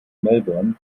melbourne